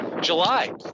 July